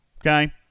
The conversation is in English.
Okay